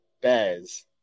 bears